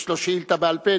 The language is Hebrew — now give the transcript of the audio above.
יש לו שאילתא בעל-פה,